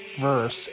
verse